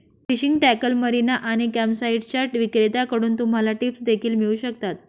fishing tackle, marina आणि कॅम्पसाइट्सच्या विक्रेत्यांकडून तुम्हाला टिप्स देखील मिळू शकतात